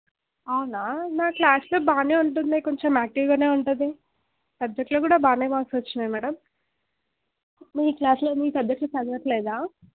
అవునా నా క్లాస్లో బాగానే ఉంటుందే కొంచెం యాక్టివ్గానే ఉంతుంది సబ్జెక్ట్లో కూడా బాగానే మార్క్స్ వచ్చినాయి మ్యాడం మీ క్లాస్లో మీ సబ్జెక్ట్ చదవట్లేదా